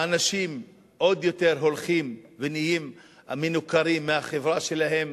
האנשים הולכים ונהיים מנוכרים עוד יותר מהחברה שלהם,